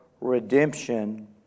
redemption